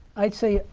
i'd say,